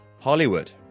Hollywood